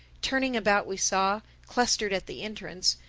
turning about we saw, clustered at the entrance,